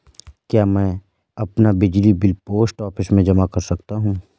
क्या मैं अपना बिजली बिल पोस्ट ऑफिस में जमा कर सकता हूँ?